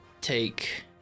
take